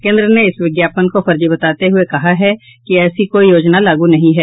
केंद्र ने इस विज्ञापन को फर्जी बताते हुए कहा है कि ऐसी कोई योजना लागू नहीं है